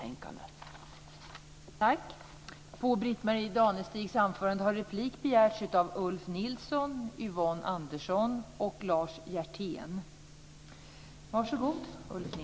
Jag yrkar bifall till hemställan i utbildningsutskottets betänkande.